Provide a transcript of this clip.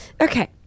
Okay